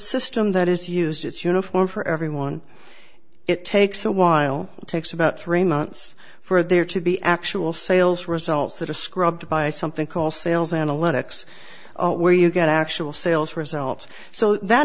system that is used it's uniform for everyone it takes a while takes about three months for there to be actual sales results that are scrubbed by something called sales analytics where you get actual sales results so that